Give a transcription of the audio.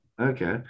Okay